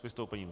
S vystoupením.